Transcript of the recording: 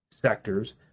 Sectors